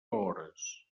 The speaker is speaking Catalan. hores